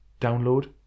download